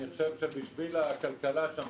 אני חושב שבשביל הכלכלה שם,